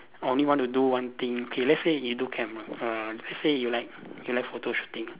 only want to do one thing okay let's say you do camera err let's say you like you like photo shooting